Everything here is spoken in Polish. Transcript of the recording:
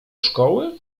szkoły